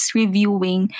reviewing